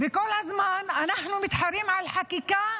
כל הזמן אנחנו מתחרים על חקיקה